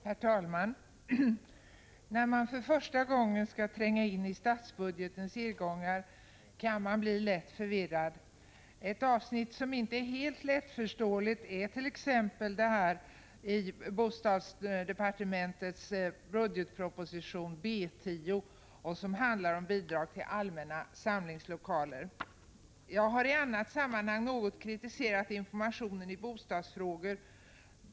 Herr talman! När man för första gången skall tränga in i statsbudgetens irrgångar kan man bli lätt förvirrad. Ett avsnitt som inte är helt lättförståeligt är t.ex. avsnittet B 10 i bostadsdepartementets del av budgetpropositionen som handlar om bidrag till allmänna samlingslokaler. Jag har i annat sammanhang något kritiserat informationen i bostadsfrågor.